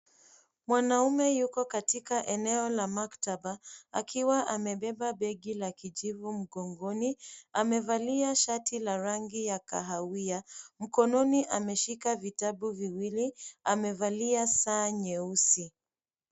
Mwanaume yuko katika eneo la maktaba, akiwa amebeba begi la kijivu mgongoni, amevalia shati la rangi ya kahawia, mkononi ameshika vitabu viwili, amevalia saa nyeusi.